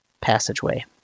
passageway